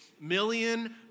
million